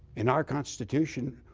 in our constitution,